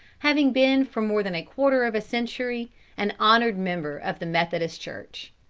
having been for more than a quarter of a century an honored member of the methodist church.